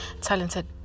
talented